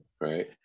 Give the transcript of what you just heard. Right